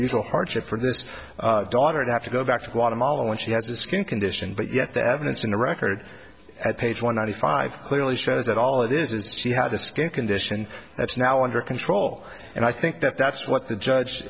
unusual hardship for this daughter to have to go back to guatemala when she has a skin condition but yet the evidence in the record at page one ninety five clearly shows that all it is is she has a skin condition that's now under control and i think that that's what the judge